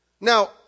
Now